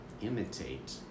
imitate